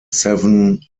seven